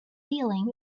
feeling